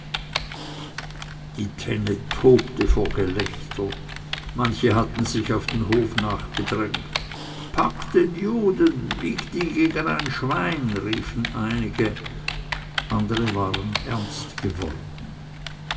die tenne tobte von gelächter manche hatten sich auf den hof nachgedrängt packt den juden wiegt ihn gegen ein schwein riefen einige andere waren ernst geworden